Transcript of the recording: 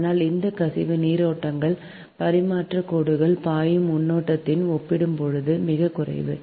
ஆனால் இந்த கசிவு நீரோட்டங்கள் பரிமாற்றக் கோடுகளில் பாயும் மின்னோட்டத்துடன் ஒப்பிடும்போது மிகக் குறைவு